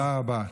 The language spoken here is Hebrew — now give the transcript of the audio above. תודה רבה.